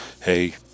hey